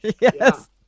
Yes